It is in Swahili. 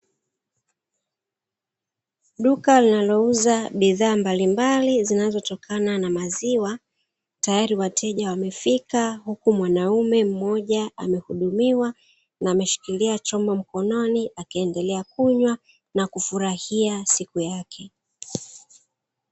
Duka linalouza bidhaa mbalimbali zinazotokana na maziwa, tayari wateja wamefika huku mwanaume mmoja amehudumiwa na ameshikilia chombo mkononi wakiendelea kunywa na kufurahia siku yake.